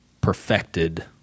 perfected